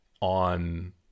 on